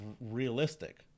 realistic